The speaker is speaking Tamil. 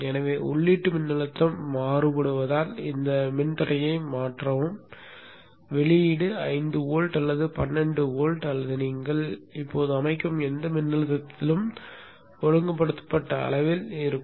எனவே உள்ளீட்டு மின்னழுத்தம் மாறுபடுவதால் இந்த மின்தடையை மாற்றவும் வெளியீடு 5 வோல்ட் அல்லது 12 வோல்ட் அல்லது நீங்கள் இப்போது அமைக்கும் எந்த மின்னழுத்தத்திலும் ஒழுங்குபடுத்தப்பட்ட அளவில் இருக்கும்